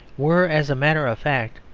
were, as a matter of fact,